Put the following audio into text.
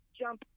jump